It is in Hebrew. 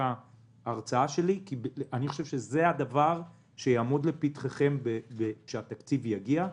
ההרצאה שלי כי זה הדבר שיעמוד לפתחכם כשהתקציב יגיע.